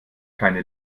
keine